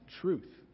truth